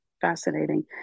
fascinating